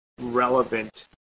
relevant